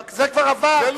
זה כבר עבר.